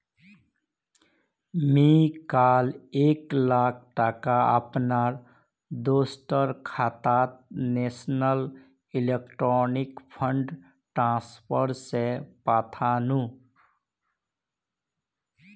मी काल एक लाख टका अपना दोस्टर खातात नेशनल इलेक्ट्रॉनिक फण्ड ट्रान्सफर से पथानु